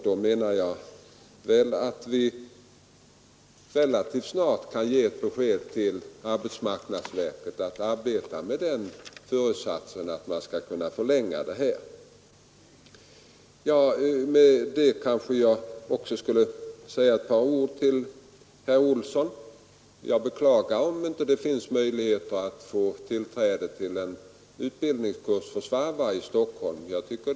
Vi bör alltså relativt snart kunna ge ett besked till arbetsmarknadsverket att vi arbetar med föresatsen att kunna förlänga tiden. Jag skall därefter säga några ord till herr Olsson i Stockholm. Jag beklagar om det i Stockholm inte finns möjligheter att få tillträde till utbildningskurs för svarvare.